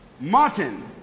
Martin